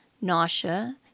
nausea